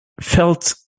felt